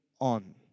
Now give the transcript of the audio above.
on